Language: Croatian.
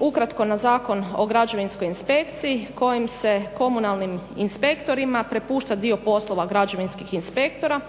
ukratko i na Zakon o građevinskoj inspekciji kojim se komunalnim inspektorima prepušta dio poslova građevinskih inspektora.